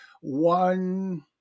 one